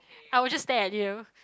I will just stare at you